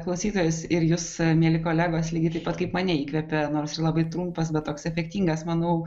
klausytojas ir jūs mieli kolegos lygiai taip pat kaip mane įkvėpė nors labai trumpas bet toks efektingas manau